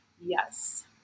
Yes